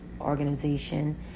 organization